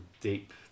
deep